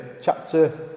chapter